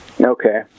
Okay